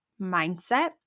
mindset